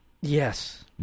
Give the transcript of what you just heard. Yes